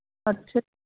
ਅੱਛਾ